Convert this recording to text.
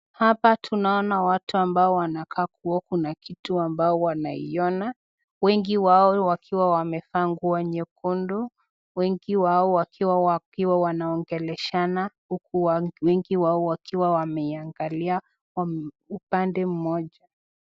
Hapa tunaona watu ambao wamekaa kama Kuwa kitu ambao wanaiona, wengi wao wakiwa wamevaa nguo ya nyekundu wakiwa wanaongeleshana wengi wao wakiwa wameangalia upande Moja.